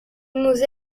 museo